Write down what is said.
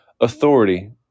authority